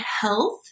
health